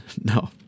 No